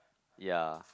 yea